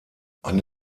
eine